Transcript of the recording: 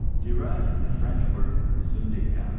derived from the french word syndicat,